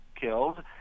killed